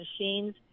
machines